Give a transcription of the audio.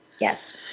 Yes